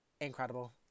Incredible